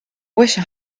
wished